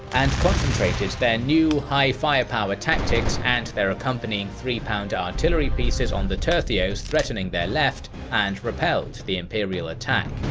and concentrated their new high firepower tactics and their accompanying three pounder artillery pieces on the tercios threatening their left, and repelled the imperial attack.